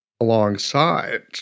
alongside